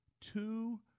two